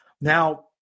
Now